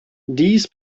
dies